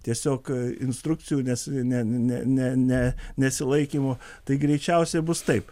tiesiog instrukcijų nes ne ne ne ne nesilaikymo tai greičiausiai bus taip